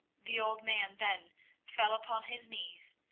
the old man then fell upon his knees,